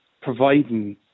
providing